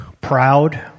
proud